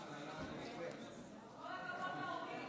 (מחיאות כפיים)